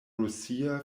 rusia